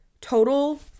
total